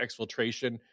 exfiltration